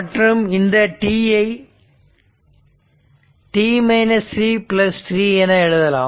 மற்றும் இந்த t I t 33 என எழுதலாம்